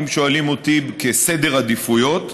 אם שואלים אותי על סדר עדיפויות,